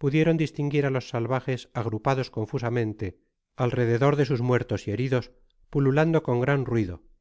pudieron distinguir á los salvajes agrupados confusamente alrededor de sus muertos y heridos pululando con gran ruido